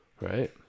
Right